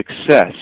success